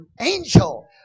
angel